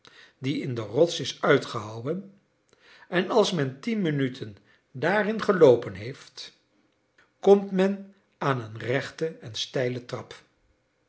die in de rots is uitgehouwen en als men tien minuten daarin geloopen heeft komt men aan een rechte en steile trap